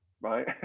right